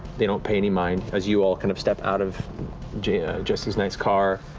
they don't pay any mind as you all kind of step out of jesse's jesse's nice car.